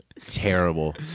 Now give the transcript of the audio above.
terrible